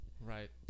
Right